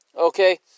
Okay